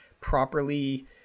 properly